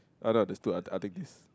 no no there's two I'll take this